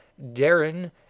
Darren